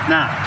Now